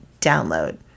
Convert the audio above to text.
download